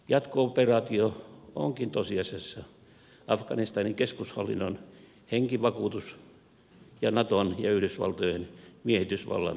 jatko operaatio onkin tosiasiassa afganistanin keskushallinnon henkivakuutus ja naton ja yhdysvaltojen miehitysvallan jatkamista